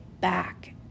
back